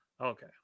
Okay